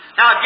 Now